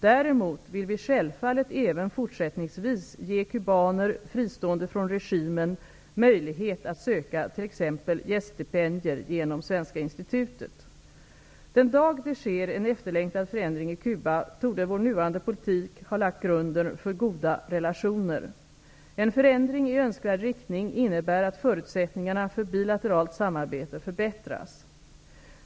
Däremot vill vi självfallet även fortsättningsvis ge kubaner, fristående från regimen, möjlighet att söka t.ex. gäststipendier genom Svenska institutet. Den dag det sker en efterlängtad förändring i Cuba torde vår nuvarande politik ha lagt grunden för goda relationer. En förändring i önskvärd riktning innebär att förutsättningarna för bilateralt samarbete förbättras.